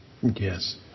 Yes